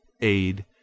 aid